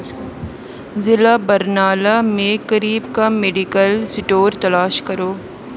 ضلع برنالہ میں قریب کا میڈیکل سٹور تلاش کرو